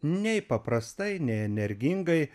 nei paprastai ne energingai